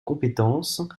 compétence